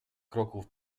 kroków